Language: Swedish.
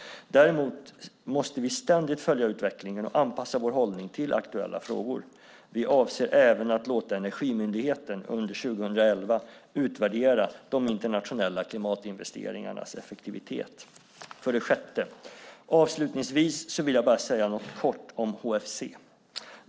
Däremot måste vi ständigt följa utvecklingen och anpassa vår hållning till aktuella frågor. Vi avser även att låta Energimyndigheten under 2011 utvärdera de internationella klimatinvesteringarnas effektivitet. För det sjätte: Avslutningsvis vill jag säga något kort om HFC.